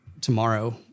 tomorrow